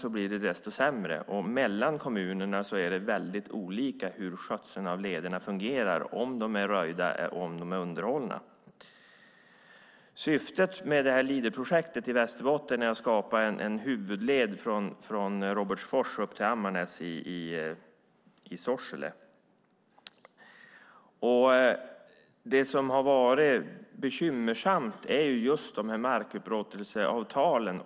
Det är också väldigt olika mellan kommunerna hur skötseln av lederna fungerar och om de är röjda och underhållna. Syftet med Leaderprojektet i Västerbotten är att skapa en huvudled från Robertsfors upp till Ammarnäs i Sorsele. Det som har varit bekymmersamt är just markupplåtelseavtalen.